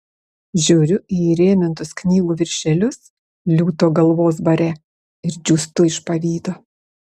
žiūriu į įrėmintus knygų viršelius liūto galvos bare ir džiūstu iš pavydo